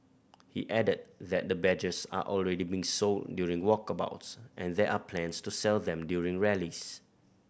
he added that the badges are already being sold during walkabouts and there are plans to sell them during rallies